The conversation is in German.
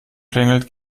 klingelt